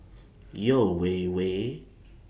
Yeo Wei Wei